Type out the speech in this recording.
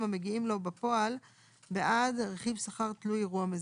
המגיעים לו בפועל בעד רכיב שכר תלוי אירוע מזכה.